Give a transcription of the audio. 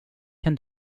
kan